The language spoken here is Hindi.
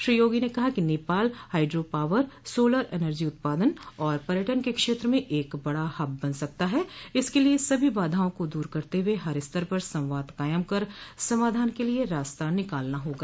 श्री योगी ने कहा कि Nepal hydro power solar energy उत्पादन और पर्यटन के क्षेत्र में एक बड़ा हब बन सकता है इसके लिए सभी बाधाओं को दूर करते हुए हर स्तर पर संवाद कायम कर समाधान के लिए रास्ता निकालना होगा